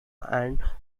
and